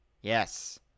Yes